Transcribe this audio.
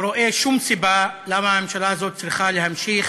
רואה שום סיבה למה הממשלה הזאת צריכה להמשיך